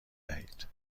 دهید